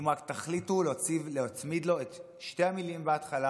אם רק תחליטו להצמיד לו את שתי המילים בהתחלה,